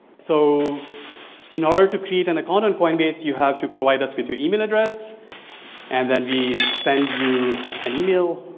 so in order to create an account on coinbase, you have to provide us with your email address and then we send you an email,